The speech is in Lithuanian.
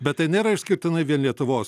bet tai nėra išskirtinai vien lietuvos